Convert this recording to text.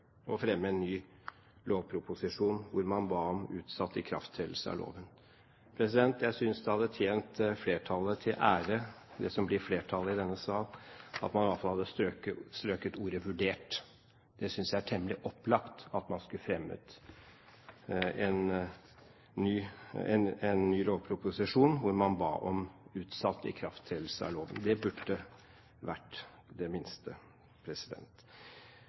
fremme en ny lovproposisjon, hvor man ba om utsatt ikrafttredelse av loven.» Jeg synes det hadde tjent flertallet i denne sal til ære om man iallfall hadde strøket ordet «vurdert». Jeg synes det er temmelig opplagt at man skulle ha fremmet en ny lovproposisjon hvor man ba om utsatt ikrafttredelse av loven. Det burde vært det minste.